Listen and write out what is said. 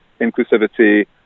inclusivity